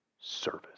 service